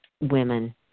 women